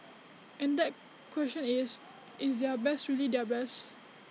and that question is is their best really their best